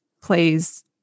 plays